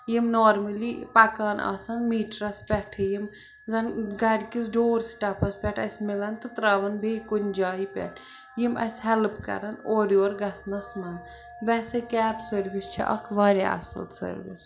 یِم نارمٔلی پَکان آسَن میٖٹرَس پٮ۪ٹھٕے یِم زَن گَرِکِس ڈور سٕٹٮ۪پَس پٮ۪ٹھ اَسہِ مِلَن تہٕ ترٛاوَان بیٚیہِ کُنہِ جایہِ پٮ۪ٹھ یِم اَسہِ ہٮ۪لٕپ کَرَن اورٕ یور گَژھنَس منٛز ویسے کیب سٔروِس چھِ اَکھ واریاہ اَصٕل سٔروِس